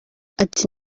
ati